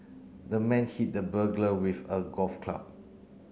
the man hit the burglar with a golf club